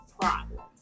problems